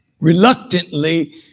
Reluctantly